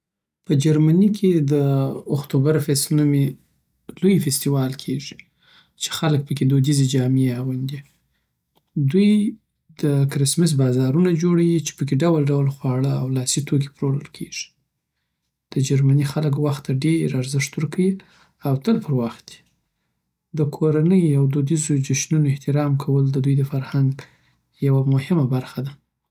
په جرمني کې د اوختوبرفست نومې لوی فستیوال کیږي، چی خلک پکې دودیز جامې اغوندي. دوی د کرسمس بازارونه جوړوي چی پکې ډول ډول خواړه او لاسی توکي پلورل کیږي. د جرمني خلک وخت ته ډېر ارزښت ورکوي او تل په وخت دي. د کورنۍ او دودیزو جشنونو احترام کول د دوی د فرهنګ یوه مهمه برخه ده.